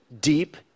deep